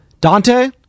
Dante